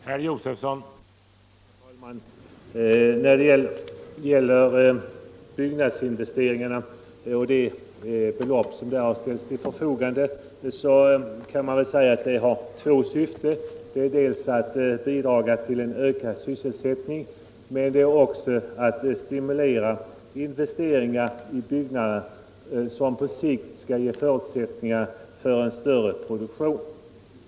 Herr talman! Det belopp som har ställts till förfogande när det gäller bygginvesteringarna har, kan man väl säga, två syften: dels att bidra till en ökad sysselsättning, dels att stimulera investeringar i byggnader som på sikt skall ge förutsättningar för en större produktion.